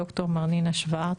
ד"ר מרנינה שוורץ,